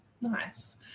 Nice